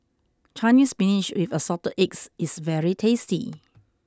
Chinese Spinach with Assorted Eggs is very tasty